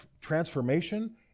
transformation